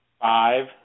Five